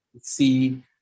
see